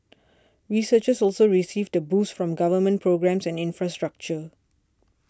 researchers also received the boost from government programmes and infrastructure